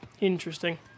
Interesting